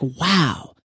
wow